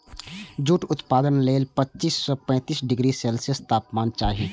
jute उत्पादन लेल पच्चीस सं पैंतीस डिग्री सेल्सियस तापमान चाही